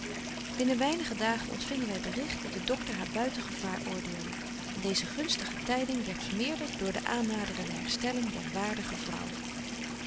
binnen weinige dagen ontfingen wy bericht dat de doctor haar buiten gevaar oordeelde en deeze gunstige tyding werdt vermeerdert door de aannaderende herstelling der waardige vrouw